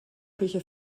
küche